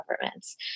governments